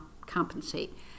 compensate